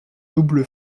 double